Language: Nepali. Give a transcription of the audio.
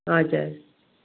हजुर